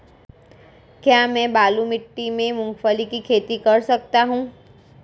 क्या मैं बालू मिट्टी में मूंगफली की खेती कर सकता हूँ?